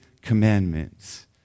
commandments